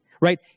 right